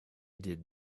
did